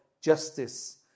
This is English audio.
justice